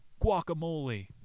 guacamole